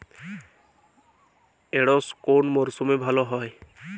ঢেঁড়শ কোন মরশুমে ভালো হয়?